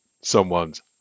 Someone's